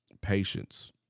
patience